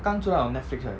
刚出来 on Netflix right